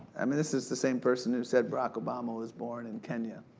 i mean, this is the same person who said, barack obama was born in kenya.